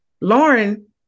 Lauren